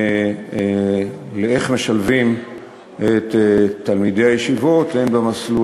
איך משלבים את תלמידי הישיבות הן במסלול